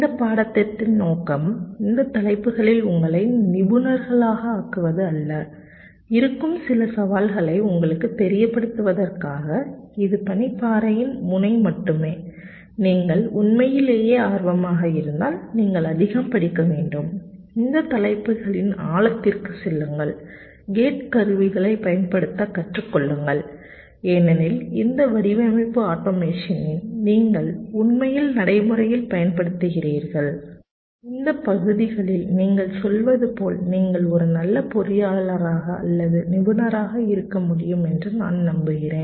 இந்த பாடத்திட்டத்தின் நோக்கம் இந்த தலைப்புகளில் உங்களை நிபுணர்களாக ஆக்குவது அல்ல இருக்கும் சில சவால்களை உங்களுக்குத் தெரியப்படுத்துவதற்காக இது பனிப்பாறையின் முனை மட்டுமே நீங்கள் உண்மையிலேயே ஆர்வமாக இருந்தால் நீங்கள் அதிகம் படிக்க வேண்டும் இந்த தலைப்புகளின் ஆழத்திற்குச் செல்லுங்கள் கேட் கருவிகளைப் பயன்படுத்த கற்றுக் கொள்ளுங்கள் ஏனெனில் இந்த வடிவமைப்பு ஆட்டோமேஷனை நீங்கள் உண்மையில் நடைமுறையில் பயன்படுத்துகிறீர்கள் இந்த பகுதிகளில் நீங்கள் சொல்வது போல் நீங்கள் ஒரு நல்ல பொறியியலாளராக அல்லது நிபுணராக இருக்க முடியும் என்று நான் நம்புகிறேன்